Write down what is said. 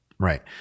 Right